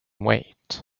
wait